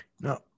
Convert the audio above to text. No